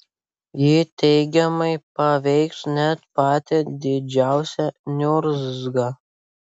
ji teigiamai paveiks net patį didžiausią niurzgą